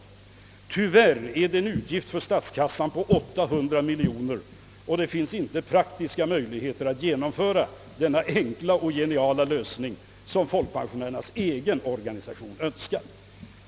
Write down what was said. Tyvärr innebär det en utgift för statskassan på cirka 800 miljoner kronor, och det finns inte praktiska möjligheter att genomföra denna enkla och geniala lösning, som folkpensionärernas egen organisation önskar.